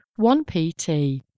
1PT